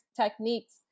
techniques